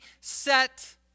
set